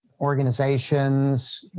organizations